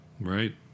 Right